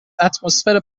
اتمسفر